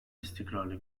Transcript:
istikrarlı